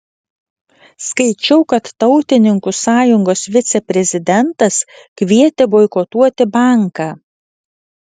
skaičiau kad tautininkų sąjungos viceprezidentas kvietė boikotuoti banką